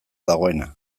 dagoena